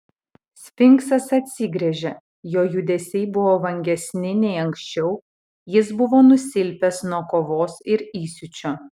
sfinksas atsigręžė jo judesiai buvo vangesni nei anksčiau jis buvo nusilpęs nuo kovos ir įsiūčio